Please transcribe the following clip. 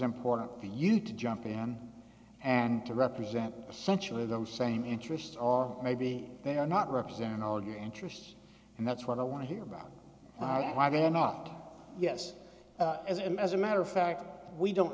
important for you to jump in and to represent essentially those same interests or maybe they are not representing all of your interests and that's what i want to hear about why did i not yes as i'm as a matter of fact we don't